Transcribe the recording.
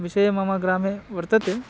विषये मम ग्रामे वर्तते